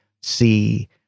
see